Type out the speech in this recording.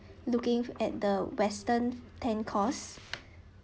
looking at the western ten course